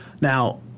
Now